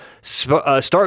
Start